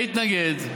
להתנגד.